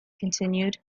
continued